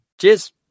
cheers